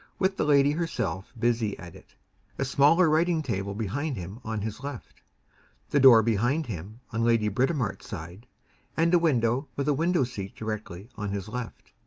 with the lady herself busy at it a smaller writing table behind him on his left the door behind him on lady britomart's side and a window with a window seat directly on his left.